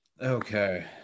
Okay